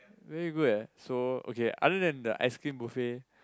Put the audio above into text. very good eh so okay other then the ice cream buffet